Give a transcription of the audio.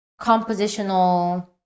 compositional